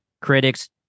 critics